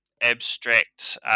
abstract